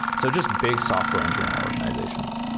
so just big software engineering organizations.